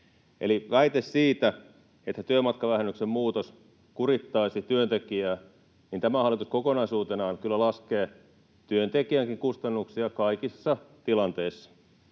siitä, että työmatkavähennyksen muutos kurittaisi työntekijää, tämä hallitus kokonaisuutenaan kyllä laskee työntekijänkin kustannuksia kaikissa tilanteissa,